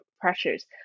pressures